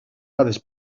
dades